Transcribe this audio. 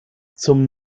zum